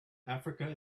africa